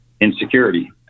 insecurity